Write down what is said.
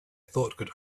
thought